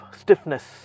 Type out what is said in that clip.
stiffness